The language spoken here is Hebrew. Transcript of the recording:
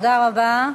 תודה רבה.